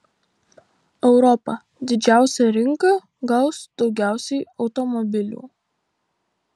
europa didžiausia rinka gaus daugiausiai automobilių